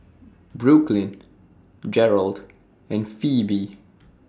Brooklyn Gearld and Phebe